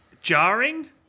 Jarring